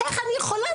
איך אני יכולה?